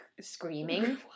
screaming